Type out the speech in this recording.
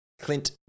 Clint